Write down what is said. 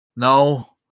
No